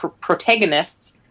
protagonists